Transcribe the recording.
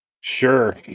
Sure